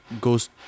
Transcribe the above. goes